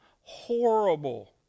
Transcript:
horrible